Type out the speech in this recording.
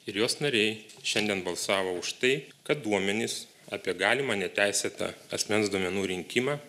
ir jos nariai šiandien balsavo už tai kad duomenys apie galimą neteisėtą asmens duomenų rinkimą